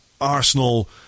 Arsenal